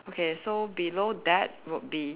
okay so below that would be